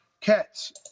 cats